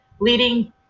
Leading